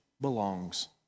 belongs